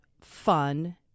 fun